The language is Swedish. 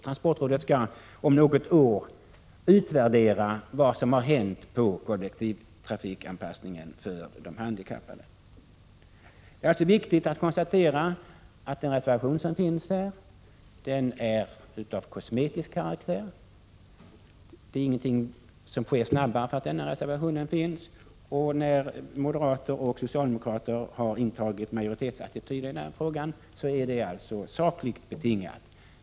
Transportrådet skall om något år utvärdera vad som har hänt i fråga om kollektivtrafikanpassningen för de handikappade. Det är alltså viktigt att konstatera att reservationen på denna punkt är av kosmetisk karaktär — ingenting skulle ske snabbare om reservationen bifölls. Moderater och socialdemokrater har bildat majoritet i frågan, och det är alltså sakligt betingat.